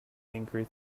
angry